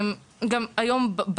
גם למישהו אחר.